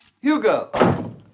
Hugo